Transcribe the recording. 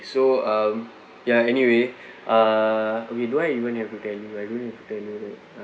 so um ya anyway uh okay do I even have to tell you I don't have to tell you right